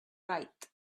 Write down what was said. right